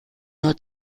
nur